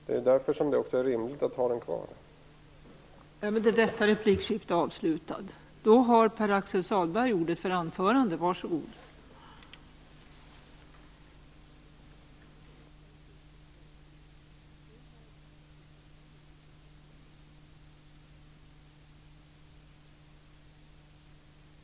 Det är därför som det är rimligt att också ha den kvar där.